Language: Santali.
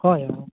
ᱦᱳᱭ ᱦᱳᱭ